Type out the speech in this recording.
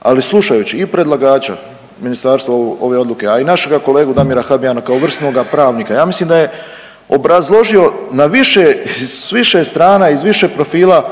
ali slušajući i predlagača ministarstvo ove odluke, a i našega kolegu Damira Habijana kao vrsnoga pravnika, ja mislim da je obrazložio na više s više strana iz više profila